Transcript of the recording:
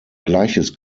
gleiches